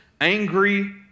angry